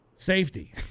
Safety